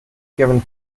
kevin